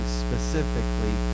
specifically